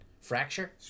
Fracture